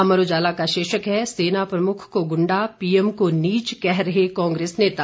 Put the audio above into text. अमर उजाला का शीर्षक है सेना प्रमुख को गुंडा पीएम को नीच कह रहे कांग्रेस नेता